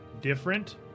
different